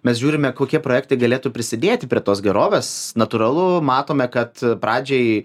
mes žiūrime kokie projektai galėtų prisidėti prie tos gerovės natūralu matome kad pradžiai